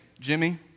Jimmy